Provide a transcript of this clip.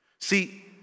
See